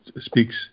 speaks